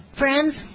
Friends